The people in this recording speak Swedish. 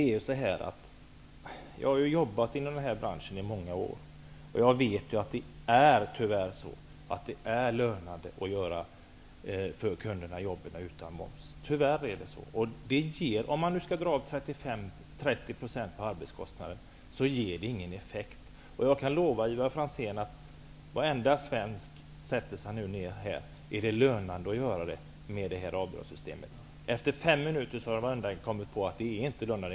Jag har jobbat inom den här branschen i många år. Jag vet att det tyvärr är lönande för kunderna om jobben görs utan moms. Om man skall dra av 30 % på arbetskostnaderna så ger det ingen effekt. Jag kan lova Ivar Franzén att varenda svensk sätter sig ner och funderar över om det är lönande att göra reparationer med det här avdragssystemet. Eter fem minuter har de antagligen kommit på att det inte är lönande.